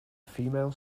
female